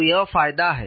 तो यह फायदा है